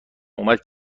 اومد